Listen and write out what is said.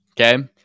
okay